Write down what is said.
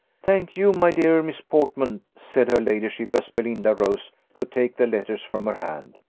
thank you, my dear miss portman, said her ladyship, as belinda rose to take the letters from her hand.